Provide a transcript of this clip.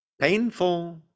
painful